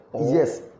Yes